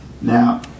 Now